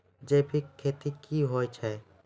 जैविक खेती की होय छै?